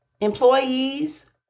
employees